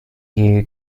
you